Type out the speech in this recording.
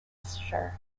sure